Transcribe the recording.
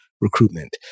Recruitment